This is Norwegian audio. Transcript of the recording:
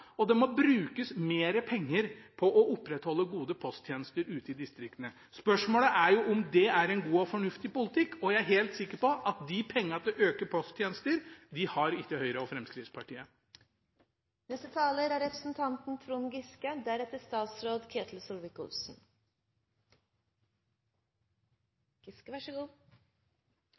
og det må brukes mer penger på å opprettholde gode posttjenester ute i distriktene. Spørsmålet er om det er en god og fornuftig politikk, og jeg er helt sikker på at pengene til å øke posttjenester, har ikke Høyre og